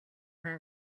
хүн